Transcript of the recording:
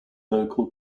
local